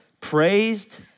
praised